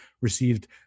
received